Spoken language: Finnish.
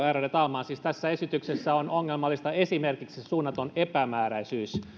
ärade talman siis tässä esityksessä on ongelmallista esimerkiksi se suunnaton epämääräisyys